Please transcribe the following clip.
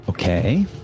Okay